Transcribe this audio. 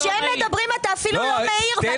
כי כשהם מדברים אתה אפילו לא מעיר.